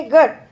Good